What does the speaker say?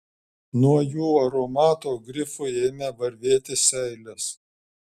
nuo jų aromato grifui ėmė varvėti seilės